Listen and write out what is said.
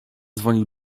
dzwonił